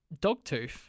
Dogtooth